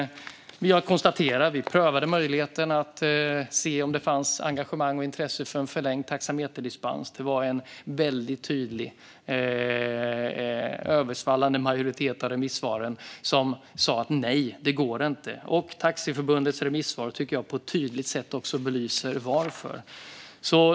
Vi prövade möjligheten att se om det fanns engagemang och intresse för en förlängd taxameterdispens. Det var en väldigt tydlig översvallande majoritet av remissvaren som sa: Nej, det går inte. Svenska Taxiförbundets remissvar tycker jag på ett tydligt sätt belyser varför.